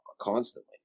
constantly